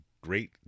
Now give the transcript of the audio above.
great